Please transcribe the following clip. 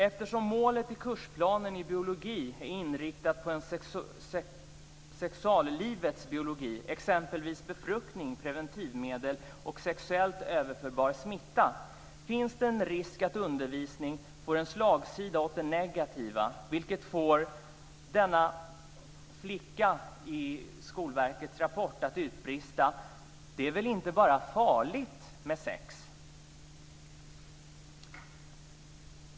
Eftersom målet i kursplanen i biologi är inriktat på sexuallivets biologi, t.ex. befruktning, preventivmedel och sexuellt överförbar smitta, finns det en risk att undervisningen får en slagsida åt det negativa. Det fick en flicka i Skolverkets rapport att utbrista: Det är väl inte bara farligt med sex!